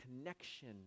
connection